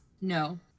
no